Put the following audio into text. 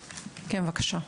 בבקשה.